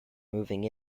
moving